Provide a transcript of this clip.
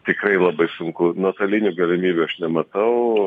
tikrai labai sunku nuotolinių galimybių aš nematau